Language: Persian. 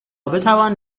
بتوان